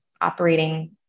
operating